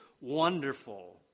wonderful